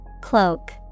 Cloak